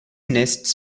nests